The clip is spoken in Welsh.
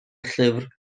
llyfr